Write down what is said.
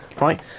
right